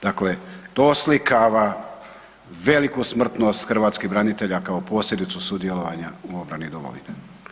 Dakle, to oslikava veliku smrtnost hrvatskih branitelja kao posljedicu sudjelovanja u obrani domovine.